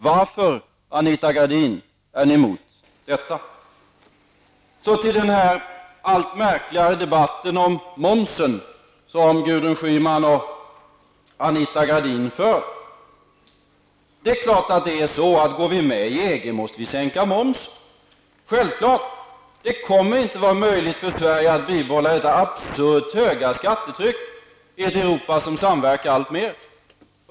Varför, Anita Gradin, är ni emot detta? Så till den alltmer märkliga debatten om momsen som Gudrun Schyman och Anita Gradin för. Går vi med i EG måste vi sänka momsen. Det är självklart. Det kommer inte att vara möjligt för Sverige att bibehålla detta absurt höga skattetryck med ett Europa som samverkar alltmer.